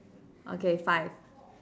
okay five